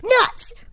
Nuts